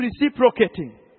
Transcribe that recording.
reciprocating